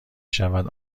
شود